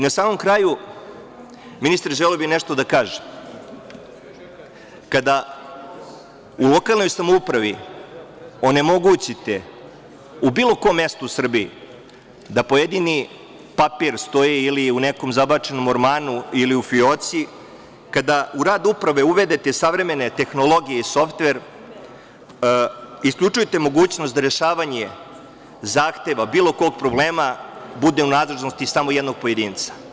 Na samom kraju, ministre želeo bih nešto da kažem, kada u lokalnoj samoupravi onemogućite u bilo kom mestu u Srbiji, da pojedini papir stoji ili u nekom zabačenom ormanu ili u fioci, kada u rad uprave uvedete savremene tehnologije softver, isključujete mogućnost da rešavanje zahteva bilo kog problema bude u nadležnosti samo jednog pojedinca.